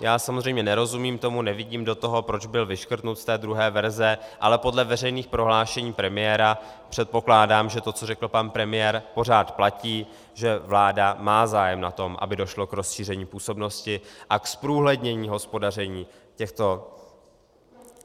Já samozřejmě nerozumím tomu, nevidím do toho, proč byl vyškrtnut z té druhé verze, ale podle veřejných prohlášení premiéra předpokládám, že to, co řekl pan premiér, pořád platí, že vláda má zájem na tom, aby došlo k rozšíření působnosti a k zprůhlednění hospodaření těchto